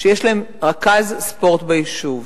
שיש להם רכז ספורט ביישוב.